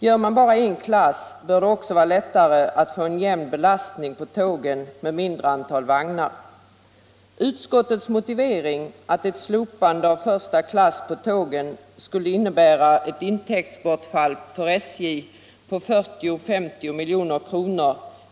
Om man bara har en klass bör det också vara lättare att få en jämn belastning på tågen med ett mindre antal vagnar. Utskottet motiverar sitt yrkande om avslag på motionen med att ett slopande av klassindelningen på tågen skulle medföra ett intiiktsbortfall för SJ på 40 å 50 milj.kr.